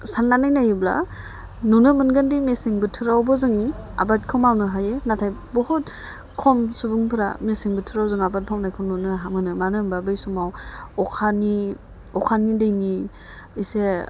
साननानै नायोब्ला नुनो मोनगोनदि मेसें बोथोरावबो जों आबादखौ मावनो हायो नाथाय बुहुत खम सुबुंफोरा मेसें बोथोराव जों आबाद मावनायखौ नुनो मोनो मानो होनबा बै समाव अखानि अखानि दैनि एसे